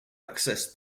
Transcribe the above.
access